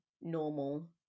normal